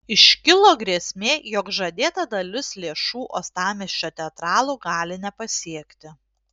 iškilo grėsmė jog žadėta dalis lėšų uostamiesčio teatralų gali nepasiekti